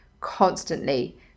constantly